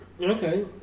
okay